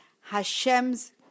Hashem's